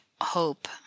hope